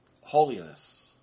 Holiness